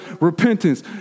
repentance